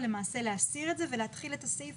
למעשה להסיר את זה ולהתחיל את הסעיף